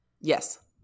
Yes